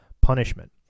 punishment